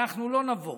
אנחנו לא נבוא.